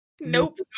Nope